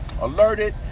alerted